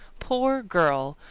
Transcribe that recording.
poor girl!